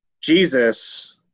Jesus